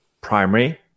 primary